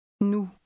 Nous